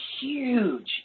huge